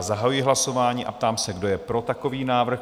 Zahajuji hlasování a ptám se, kdo je pro takový návrh?